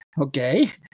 Okay